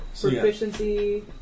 proficiency